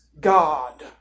God